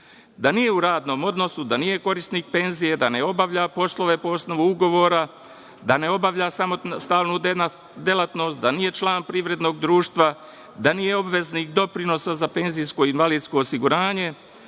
da nije u radnom odnosu, da nije korisnik penzije, da ne obavlja poslove po osnovu ugovora, da ne obavlja samostalnu delatnost, da nije član privrednog društva, da nije obveznik doprinosa za PIO, da ne ostvaruje